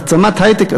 מעצמת היי-טק.